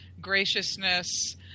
graciousness